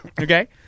Okay